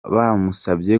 bamusabye